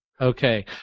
Okay